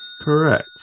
Correct